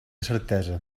certesa